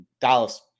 Dallas